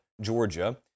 Georgia